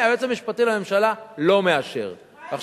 אתה לא עונה.